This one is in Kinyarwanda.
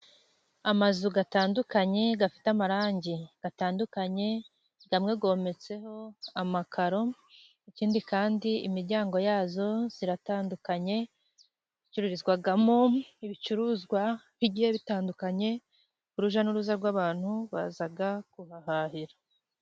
Amazu atandukanye, afite amarangi atandukanye, amwe yometseho amakaro. Ikindi kandi imiryango yazo iratandukanye. Icururizwamo ibicuruzwa bigiye bitandukanye. Urujya n'uruza rw'abantu baza kuhahahira.